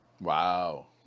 wow